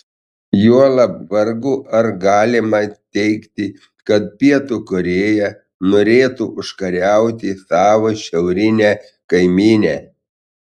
juolab vargu ar galima teigti kad pietų korėja norėtų užkariauti savo šiaurinę kaimynę